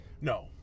No